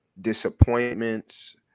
disappointments